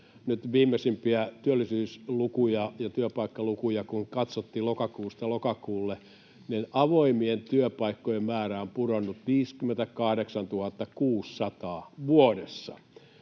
viimeisimpiä työllisyyslukuja ja työpaikkalukuja lokakuusta lokakuulle, niin avoimien työpaikkojen määrä on pudonnut 58 600 vuodessa.